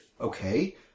Okay